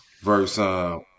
verse